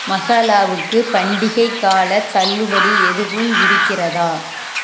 மசாலாவுக்கு பண்டிகைக் காலத் தள்ளுபடி எதுவும் இருக்கிறதா